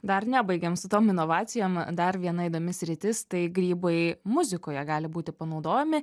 dar nebaigėm su tom inovacijom dar viena įdomi sritis tai grybai muzikoje gali būti panaudojami